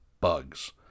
bugs